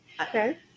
Okay